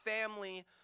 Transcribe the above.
family